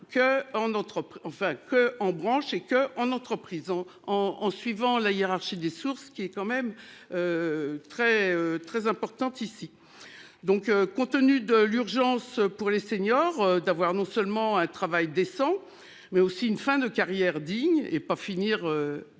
que en branche et que en entreprise en en en suivant la hiérarchie des sources qui est quand même. Très très importante ici. Donc compte tenu de l'urgence pour les seniors d'avoir non seulement un travail décent. Mais aussi une fin de carrière digne et pas finir.